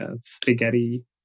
spaghetti